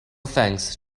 thanks